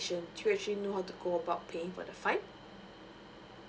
do you actually know how to go about paying for the fine